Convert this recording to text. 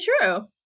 true